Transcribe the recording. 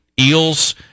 eels